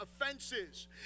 offenses